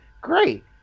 great